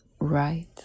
right